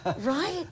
Right